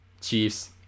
Chiefs